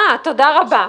תודה רבה.